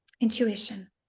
intuition